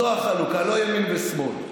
זו החלוקה, לא ימין ושמאל.